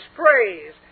praise